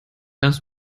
ist